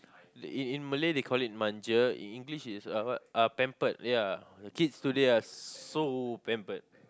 in in Malay they call it manja in English it's uh what uh pampered ya kids today are so pampered